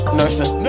nursing